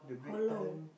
how long